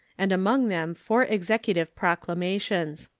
and among them four executive proclamations.